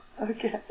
okay